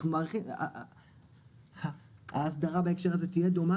אנחנו מעריכים שההסדרה בהקשר הזה תהיה דומה